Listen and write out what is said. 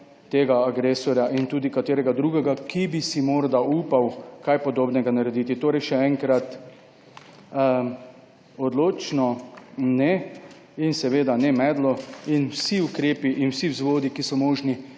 tega agresorja in tudi katerega drugega, ki bi si morda upal kaj podobnega narediti. Torej še enkrat, odločno ne, seveda ne medlo, in vsi ukrepi in vsi vzvodi, ki so možni